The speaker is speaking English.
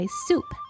soup